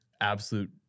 absolute